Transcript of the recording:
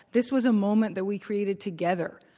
this was a moment that we created together.